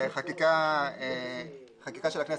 חקיקה של הכנסת,